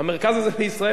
המרכז הזה בישראל,